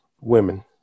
women